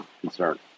concern